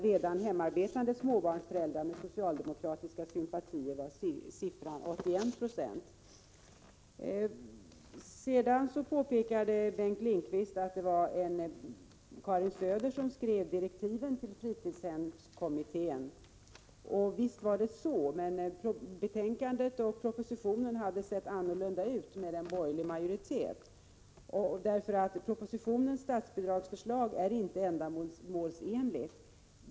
Bland hemarbetande småbarnsföräldrar med socialdemokratiska sympatier var siffran 81 9. Bengt Lindqvist påpekade att det var Karin Söder som skrev direktiven för fritidshemskommittén. Visst var det så, men betänkandet och propositionen hade sett annorlunda ut med en borgerlig majoritet. Propositionens statsbidragsförslag är inte ändamålsenligt.